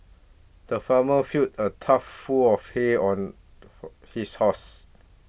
the farmer filled a tough full of hay on for his horse